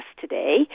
today